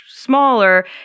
Smaller